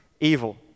evil